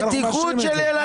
בטיחות של ילדים.